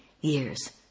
years